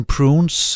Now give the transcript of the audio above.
Prunes